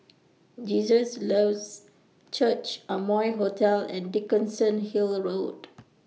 Jesus Lives Church Amoy Hotel and Dickenson Hill Road